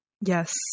Yes